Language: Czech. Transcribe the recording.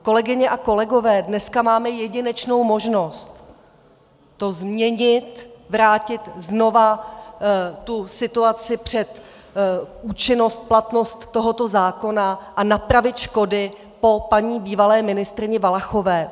Kolegyně a kolegové, dneska máme jedinečnou možnost to změnit, vrátit znova tu situaci před účinnost, platnost tohoto zákona a napravit škody po paní bývalé ministryni Valachové.